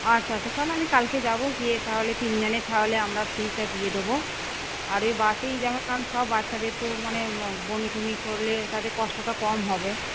আচ্ছা আচ্ছা তাহলে আমি কালকে যাবো গিয়ে তাহলে তিনজনের তাহলে আমরা ফিসটা দিয়ে দেব আর এ বাকি যেমন সব বাচ্চাদের তো মানে বমি টমি করলে তাদের কষ্টটা কম হবে